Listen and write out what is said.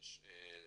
יש סניפומט,